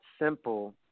simple